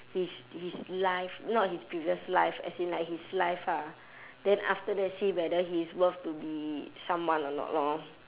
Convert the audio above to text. his his life not his previous life as in like his life ah then after that see whether he's worth to be someone or not lor